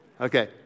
Okay